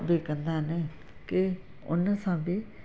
बि कंदा आहिनि के उन सां बि